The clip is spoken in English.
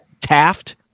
Taft